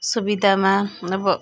सुविधामा अब